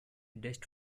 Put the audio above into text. dust